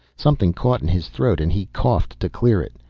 something caught in his throat and he coughed to clear it,